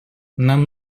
нам